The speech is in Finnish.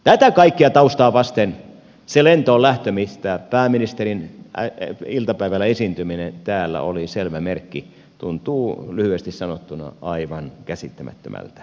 tätä kaikkea taustaa vasten se lentoon lähtö mistä pääministerin esiintyminen iltapäivällä täällä oli selvä merkki tuntuu lyhyesti sanottuna aivan käsittämättömältä